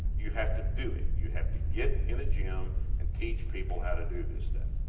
you have to do it. you have to get in a gym and teach people how to do this stuff.